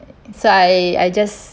so I I just